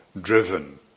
driven